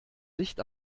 licht